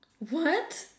what